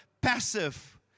Passive